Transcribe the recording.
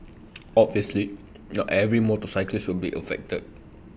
obviously not every motorcyclist will be affected